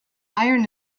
iron